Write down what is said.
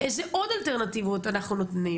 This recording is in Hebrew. תעשו מה שאתם רוצים, בני.